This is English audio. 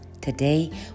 Today